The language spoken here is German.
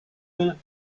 will